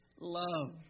love